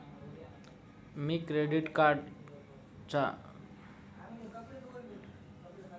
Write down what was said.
मी credit कार्डचा pin विसरलो आहे तर कसे रीसेट करायचे?